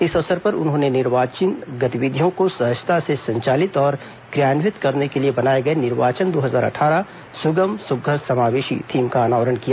इस अवसर पर उन्होंने निर्वाचन गतिविधियों को सहजता से संचालित और क्रियान्वित करने के लिए बनाए गए निर्वाचन दो हजार अट्ठारह सुगम सुध्घर समावेशी थीम का अनावरण किया